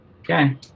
Okay